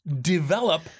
develop